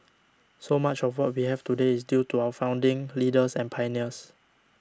so much of what we have today is due to our founding leaders and pioneers